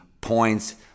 points